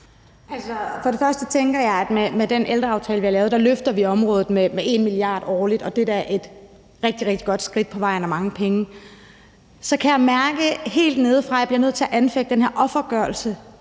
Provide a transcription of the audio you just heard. For det første tænker jeg, at vi med den ældreaftale, vi har lavet, løfter området med 1 mia. kr. årligt, og at det da er et rigtig, rigtig godt skridt på vejen og mange penge. Så kan jeg mærke helt nedefra, at jeg bliver nødt til at anfægte den offergørelse